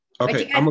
Okay